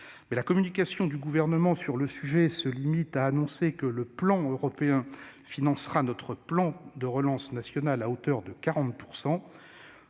mais la communication du Gouvernement sur le sujet se limite à annoncer que le plan européen financera notre plan de relance national à hauteur de 40 %.